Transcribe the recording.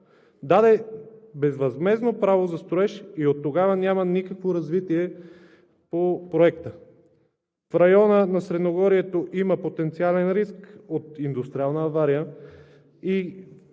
даде безвъзмездно право за строеж и оттогава няма никакво развитие по Проекта. В района на Средногорието има потенциален риск от индустриална авария и